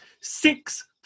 Six